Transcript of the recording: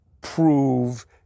prove